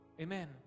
amen